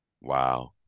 Wow